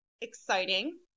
exciting